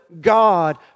God